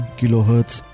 kilohertz